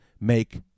make